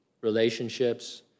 Relationships